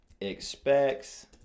expects